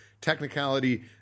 technicality